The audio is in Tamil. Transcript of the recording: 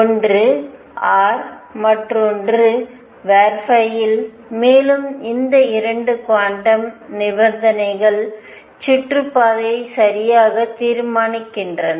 ஒன்று r மற்றும் ஒன்று இல் மேலும் இந்த 2 குவாண்டம் நிபந்தனைகள் சுற்றுப்பாதையை சரியாக தீர்மானிக்கின்றன